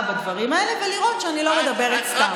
בדברים האלה ולראות שאני לא מדברת סתם.